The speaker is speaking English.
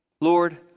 Lord